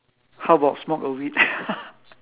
how about smoke a weed